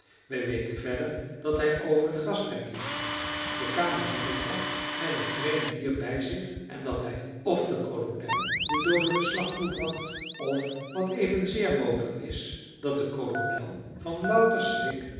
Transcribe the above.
wij weten verder dat hij over het grasperk liep de kamer binnentrad met een vreemd dier bij zich en dat hij f den kolonel den doodelijken slag toebracht f wat evenzeer mogelijk is dat de kolonel van louter schrik